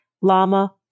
Lama